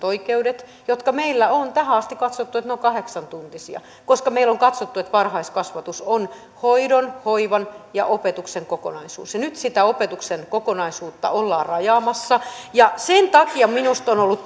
oikeudet meillä on tähän asti katsottu että ne ovat kahdeksantuntisia koska meillä on katsottu että varhaiskasvatus on hoidon hoivan ja opetuksen kokonaisuus ja nyt sitä opetuksen kokonaisuutta ollaan rajaamassa ja sen takia minusta on ollut